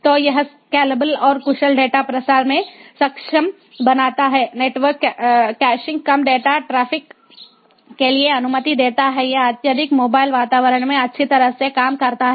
तो यह स्केलेबल और कुशल डेटा प्रसार में सक्षम बनाता है नेटवर्क कैशिंग कम डेटा ट्रैफ़िक के लिए अनुमति देता है यह अत्यधिक मोबाइल वातावरण में अच्छी तरह से काम करता है